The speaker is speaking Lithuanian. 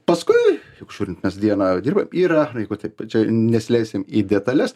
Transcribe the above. paskui juk žiūrint mes dieną dirbam yra jeigu taip pradžioj nesileisim į detales